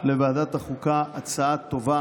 לוועדת החוקה הצעה טובה.